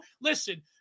listen